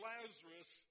Lazarus